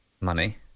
money